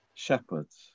Shepherds